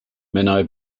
menai